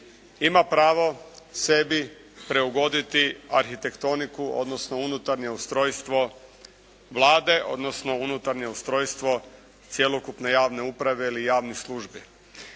ima pravo sebi preugoditi arhitektoniku, odnosno unutarnje ustrojstvo Vlade, odnosno unutarnje ustrojstvo cjelokupne javne uprave ili javnih službi.